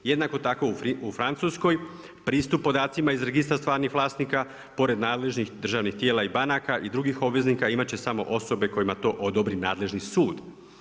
Jednako tako u Francuskoj pristup podacima iz registra stvarnih vlasnika pored nadležnih državnih tijela i banaka i drugih obveznika imati će samo osobe kojima to odredi nadležni sud.